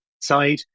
side